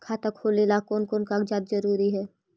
खाता खोलें ला कोन कोन कागजात जरूरी है?